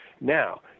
Now